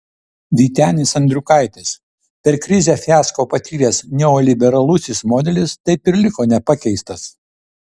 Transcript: vytenis andriukaitis per krizę fiasko patyręs neoliberalusis modelis taip ir liko nepakeistas